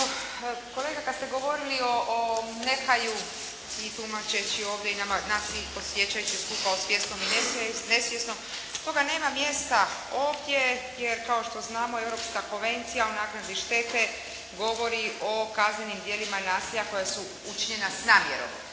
kolega kada ste govorili o nehaju i tumačeći ovdje i nama, nas svih podsjećajući skupa o svjesnom i nesvjesno, stoga nema mjesta ovdje, jer kao što znamo Europska konvencija o naknadi štete govori o kaznenim djelima nasilja koja su učinjena s namjerom,